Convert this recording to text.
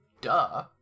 Duh